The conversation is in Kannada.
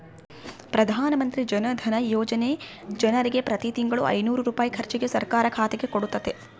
ಪ್ರಧಾನಮಂತ್ರಿ ಜನಧನ ಯೋಜನೆಗ ಜನರಿಗೆ ಪ್ರತಿ ತಿಂಗಳು ಐನೂರು ರೂಪಾಯಿ ಖರ್ಚಿಗೆ ಸರ್ಕಾರ ಖಾತೆಗೆ ಕೊಡುತ್ತತೆ